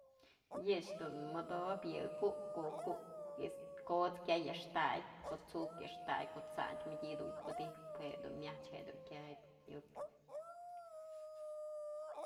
Yë ëch dun modbyë yë ju'uk, ko'o ju'uk ko'ots kyay a'axta, ko'o t'suk ëxtay, ko'o t'sandyë mëdyë dun wydyjpë je'e dun myachpë je'e dun kyapë.